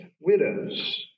widows